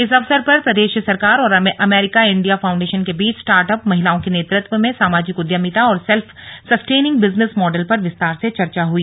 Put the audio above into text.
इस अवसर पर प्रदेश सरकार और अमेरिका इण्डिया फाउण्डेशन के बीच स्टार्ट अप महिलाओं के नेतृत्व में सामाजिक उद्यमिता और सेल्फ सस्टेनिंग बिजनेस मॉडल पर विस्तार से चर्चा हई